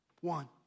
One